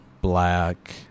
black